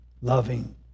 loving